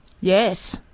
Yes